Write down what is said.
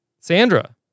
Sandra